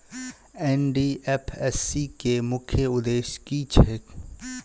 NDFSC केँ मुख्य उद्देश्य की छैक?